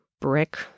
brick